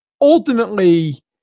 Ultimately